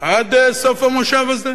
עד סוף המושב הזה?